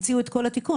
הם הציעו את כל התיקון.